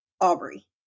Aubrey